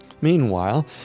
Meanwhile